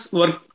work